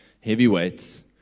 heavyweights